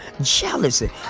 Jealousy